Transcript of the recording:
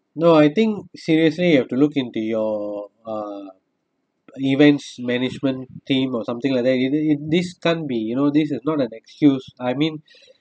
no I think seriously you have to look into your uh events management team or something like that this can 't be you know this is not an excuse I mean